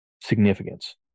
significance